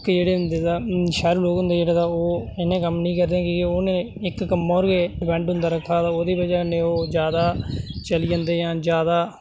ओह्के जेह्ड़े होंदे तां शैह्रु लोग होंदे तां ओह् इन्ने कम्म नी करदे कि के उ'नें इक कम्मै होर गै डिपेन्ड होंदा रक्खा दा ओह्दी वजह कन्नै ओह् ज्यादा चली जन्दे जां ज्यादा